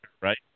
right